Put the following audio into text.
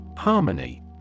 Harmony